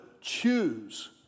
choose